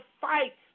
fight